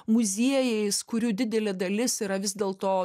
muziejais kurių didelė dalis yra vis dėl to